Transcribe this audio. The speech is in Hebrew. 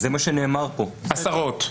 עשרות.